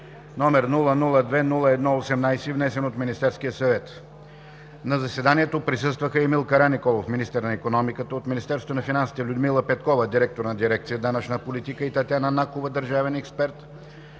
№ 002-01-18, внесен от Министерския съвет. На заседанието присъстваха: Емил Караниколов – министър на икономиката; от Министерството на финансите: Людмила Петкова –директор на дирекция „Данъчна политика“, и Татяна Накова –държавен експерт;